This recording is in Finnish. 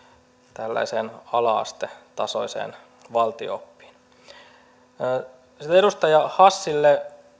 tällaiseen ala astetasoiseen valtio oppiin edustaja hassille